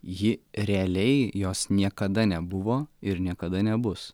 ji realiai jos niekada nebuvo ir niekada nebus